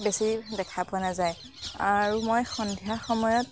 বেছি দেখা পোৱা নাযায় আৰু মই সন্ধিয়া সময়ত